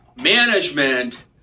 Management